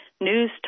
News